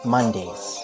Mondays